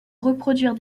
reproduire